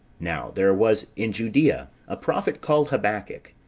now there was in judea a prophet called habacuc,